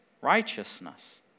righteousness